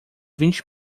vinte